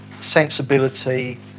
Sensibility